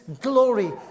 glory